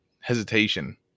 hesitation